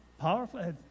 powerful